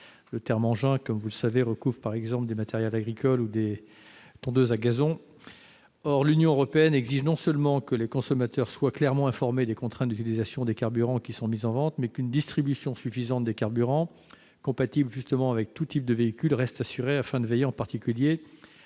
le savez, désigne par exemple des matériels agricoles ou des tondeuses à gazon. Or l'Union européenne exige non seulement que les consommateurs soient clairement informés des contraintes d'utilisation des carburants mis en vente, mais aussi qu'une distribution suffisante des carburants compatibles avec tout type de véhicule reste assurée, afin de veiller, en particulier,